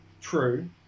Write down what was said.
True